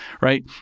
right